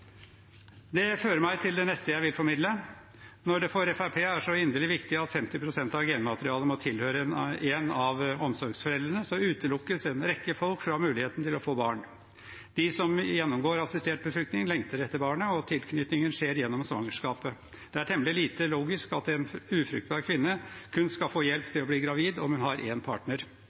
Det fører meg til det neste jeg vil formidle. Når det for Fremskrittspartiet er så inderlig viktig at 50 pst. av genmaterialet må tilhøre en av omsorgsforeldrene, utelukkes en rekke folk fra muligheten til å få barn. De som gjennomgår assistert befruktning, lengter etter barnet, og tilknytningen skjer gjennom svangerskapet. Det er temmelig lite logisk at en ufruktbar kvinne kun skal få hjelp til å bli gravid om hun har en partner.